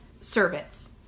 servants